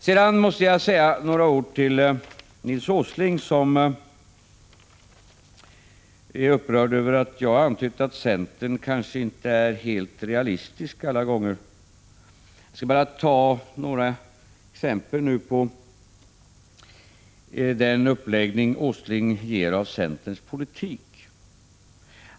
Sedan måste jag säga några ord till Nils Åsling, som är upprörd över att jag antydde att centern kanske inte är helt realistisk alla gånger. Jag skall anföra några exempel på den beskrivning som Nils Åsling ger av centerns politik.